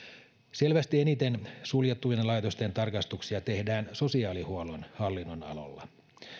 selvästi eniten suljettujen laitosten tarkastuksia tehdään sosiaalihuollon hallinnonalalla